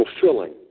fulfilling